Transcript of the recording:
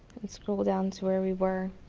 and scroll down to where we were.